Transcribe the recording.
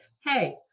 hey